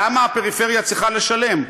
למה הפריפריה צריכה לשלם?